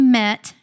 met